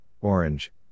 Orange